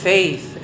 Faith